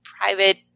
private